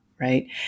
right